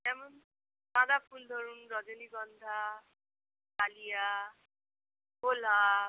যেমন গাঁদা ফুল ধরুন রজনীগন্ধা ডালিয়া গোলাপ